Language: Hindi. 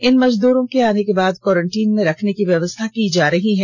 इन मजदूरो को आने के बाद क्वारेंटीन में रखने की व्यवस्था की जा रही है